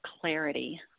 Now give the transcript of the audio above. clarity